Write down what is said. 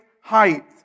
height